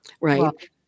right